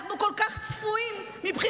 אנחנו כל כך צפויים מבחינתם,